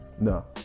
No